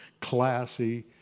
classy